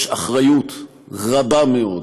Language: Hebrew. יש אחריות רבה מאוד